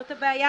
זאת הבעיה,